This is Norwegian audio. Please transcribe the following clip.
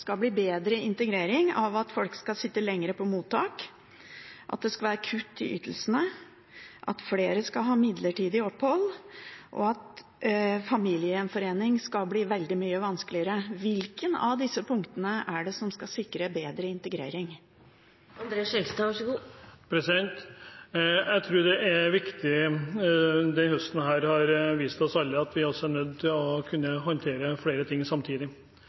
skal bli bedre integrering av at folk skal sitte lenger på mottak, at det skal være kutt i ytelsene, at flere skal ha midlertidig opphold, og at familiegjenforening skal bli veldig mye vanskeligere. Hvilke av disse punktene er det som skal sikre bedre integrering? Denne høsten har vist oss alle at vi også er nødt til å kunne håndtere flere ting samtidig.